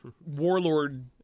warlord